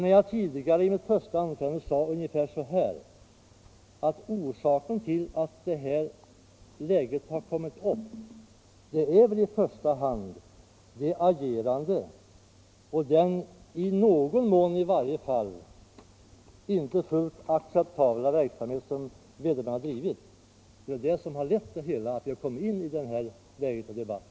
Som jag sade i mitt första anförande, är det väl i första hand vederbörandes agerande och i varje fall i någon mån inte fullt acceptabla verksamhet som har lett till att debatten kommit in i det här läget.